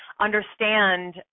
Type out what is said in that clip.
understand